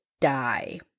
die